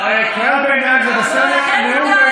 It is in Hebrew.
קריאת ביניים זה בסדר.